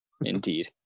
Indeed